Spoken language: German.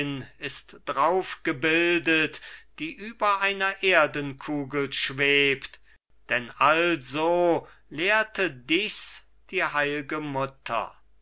ist drauf gebildet die über einer erdenkugel schwebt denn also lehrte dichs die heilge mutter